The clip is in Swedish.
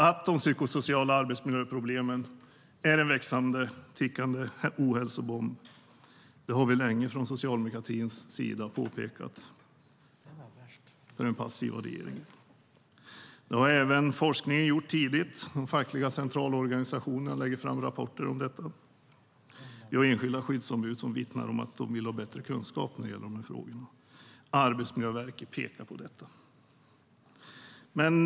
Att de psykosociala arbetsmiljöproblemen är en växande, tickande ohälsobomb har vi från socialdemokratins sida länge påpekat för den passiva regeringen. Det gjorde även forskningen tidigt, och de fackliga centralorganisationerna lägger fram rapporter i frågan. Enskilda skyddsombud vittnar om att de vill ha bättre kunskap i frågorna. Arbetsmiljöverket pekar på detta.